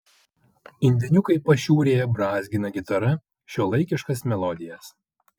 indėniukai pašiūrėje brązgina gitara šiuolaikiškas melodijas